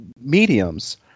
mediums